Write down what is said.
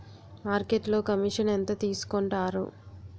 మార్కెట్లో కమిషన్ ఎంత తీసుకొంటారు?